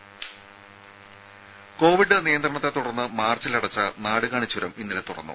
രുമ കോവിഡ് നിയന്ത്രണത്തെ തുടർന്ന് മാർച്ചിൽ അടച്ച നാടുകാണി ചുരം ഇന്നലെ തുറന്നു